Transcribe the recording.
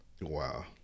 Wow